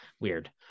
weird